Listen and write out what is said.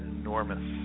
enormous